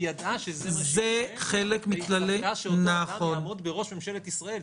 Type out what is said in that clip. ידעה שזה מה שיקרה ומצפה שאותו אדם יעמוד בראש ממשלת ישראל.